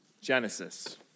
Genesis